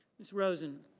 ms. rosen.